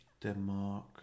Denmark